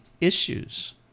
issues